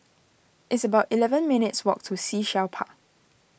it's about eleven minutes' walk to Sea Shell Park